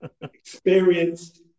experienced